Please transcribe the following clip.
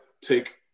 take